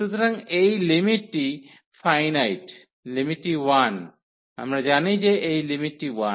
সুতরাং এই লিমিটটি ফাইনাইট লিমিটটি 1 আমরা জানি যে এই লিমিটটি 1